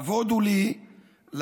כבוד הוא לי להעלות